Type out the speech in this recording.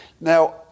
Now